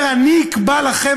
אני אקבע לכם,